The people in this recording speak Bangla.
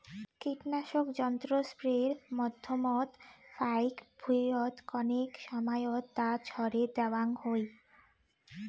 কীটনাশক যন্ত্র স্প্রের মাধ্যমত ফাইক ভুঁইয়ত কণেক সমাইয়ত তা ছড়ে দ্যাওয়াং হই